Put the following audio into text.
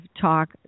talk